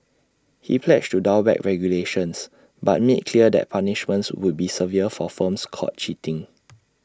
he pledged to dial back regulations but made clear that punishments would be severe for firms caught cheating